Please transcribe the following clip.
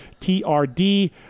trd